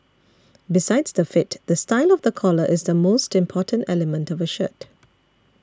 besides the fit the style of the collar is the most important element of a shirt